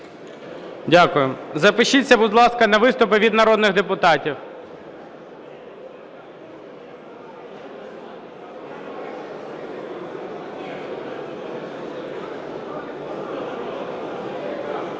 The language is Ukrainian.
Дякую. Запишіться, будь ласка, на виступи від народних депутатів.